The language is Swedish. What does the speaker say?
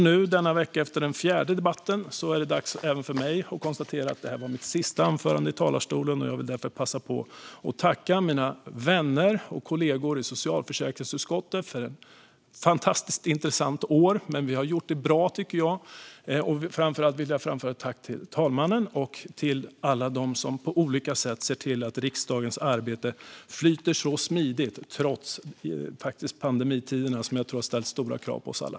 Nu denna vecka efter den fjärde debatten är det dags även för mig att konstatera att det är mitt sista anförande i talarstolen. Jag vill passa på att tacka mina vänner och kollegor i socialförsäkringsutskottet för ett fantastiskt intressant år. Jag tycker att vi har gjort det bra. Framför allt vill jag framföra ett tack till talmannen och alla dem som på olika sätt ser till att riksdagens arbete flyter så smidigt trots pandemitiderna som jag tror har ställt stora krav på oss alla.